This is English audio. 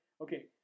Okay